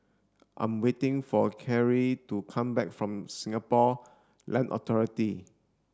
I'm waiting for Cary to come back from Singapore Land Authority